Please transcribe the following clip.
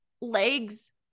legs